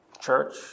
church